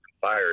fire